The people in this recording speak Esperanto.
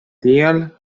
tial